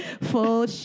Full